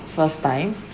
first time